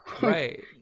right